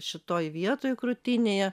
šitoj vietoj krūtinėje